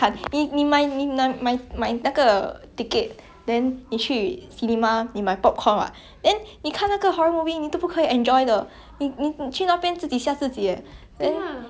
你看那个 horror movie 你都不可以 enjoy 的你去那边自己吓自己 then it's like 你可以在家里跟你朋友跟你的家人看为什么不要你要去 cinema 因为 cinema 如果你 it's like